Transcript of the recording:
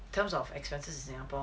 terms of expenses in singapore